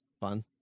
Fun